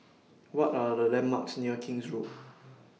What Are The landmarks near King's Road